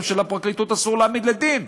שלפרקליטות אסור להעמיד לדין.